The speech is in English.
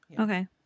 okay